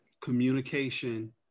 communication